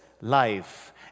life